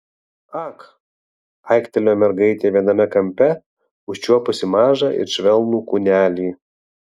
ak aiktelėjo mergaitė viename kampe užčiuopusi mažą ir švelnų kūnelį